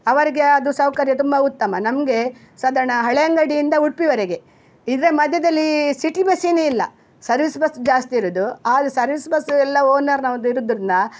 ಅವರಿಗೆ ಅದು ಸೌಕರ್ಯ ತುಂಬ ಉತ್ತಮ ನಮಗೆ ಸಾಧಾರಣ ಹಳೆಯಂಗಡಿಯಿಂದ ಉಡುಪಿವರೆಗೆ ಇದರ ಮಧ್ಯದಲ್ಲಿ ಸಿಟಿ ಬಸ್ಸೆನೇ ಇಲ್ಲ ಸರ್ವಿಸ್ ಬಸ್ ಜಾಸ್ತಿ ಇರೋದು ಆದರೆ ಸರ್ವಿಸ್ ಬಸ್ ಎಲ್ಲ ಓನರ್ನವರದಿರುದ್ರಿಂದ